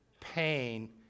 pain